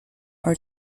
are